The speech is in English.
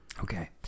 Okay